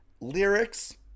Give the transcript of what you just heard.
Lyrics